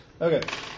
Okay